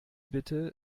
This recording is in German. bitte